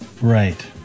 Right